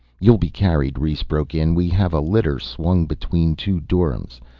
you'll be carried, rhes broke in. we have a litter swung between two doryms.